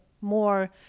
more